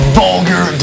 vulgar